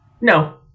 No